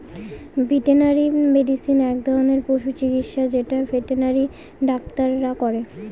veterinary medicine এক ধরনের পশু চিকিৎসা যেটা ভেটেনারি ডাক্তাররা করে